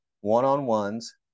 one-on-ones